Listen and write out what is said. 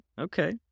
okay